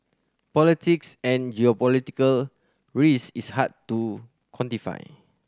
politics and geopolitical risk is hard to quantify